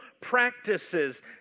practices